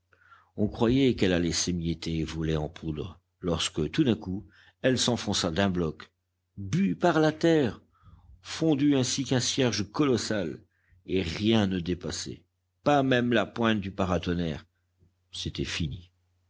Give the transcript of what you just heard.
on croyait qu'elle allait s'émietter et voler en poudre lorsque tout d'un coup elle s'enfonça d'un bloc bue par la terre fondue ainsi qu'un cierge colossal et rien ne dépassait pas même la pointe du paratonnerre c'était fini